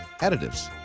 additives